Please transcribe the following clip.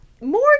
More